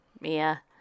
Mia